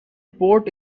port